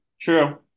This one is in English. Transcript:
True